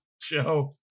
show